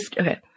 Okay